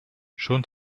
schon